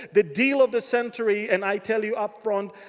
the deal of the century. and i tell you, up front,